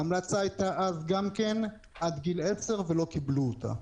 ההמלצה שילד ישב על התקן ריסון הייתה אז עד גיל 10 אבל לא קיבלו אותה.